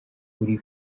uri